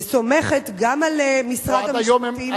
וסומכת גם על משרד המשפטים,